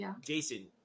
Jason